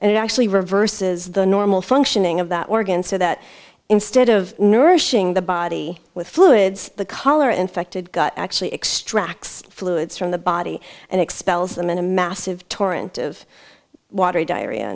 and it actually reverses the normal functioning of that organ so that instead of nourishing the body with fluids the cholera infected got actually extracts fluids from the body and expels them in a massive torrent of water diarrhea